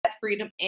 freedom